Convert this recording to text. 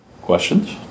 Questions